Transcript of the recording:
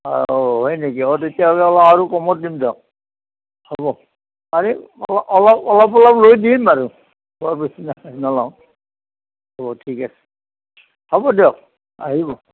অঁ হয় নেকি অঁ তেতিয়াহ'লে মই আৰু কমত দিম দিয়ক হ'ব অলপ অলপ লৈ দিম বাৰু বৰ বেছি না নলওঁ হ'ব ঠিক আছে হ'ব দিয়ক আহিব